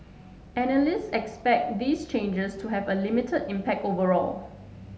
analysts expect these changes to have a limited impact overall